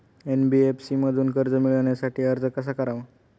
NBFC मधून कर्ज मिळवण्यासाठी अर्ज कसा करावा?